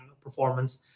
performance